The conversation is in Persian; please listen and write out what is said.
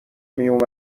میامد